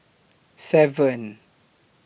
seven